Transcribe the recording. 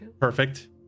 Perfect